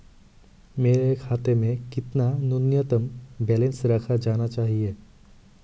मेरे खाते में कितना न्यूनतम बैलेंस रखा जाना चाहिए?